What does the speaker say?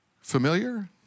familiar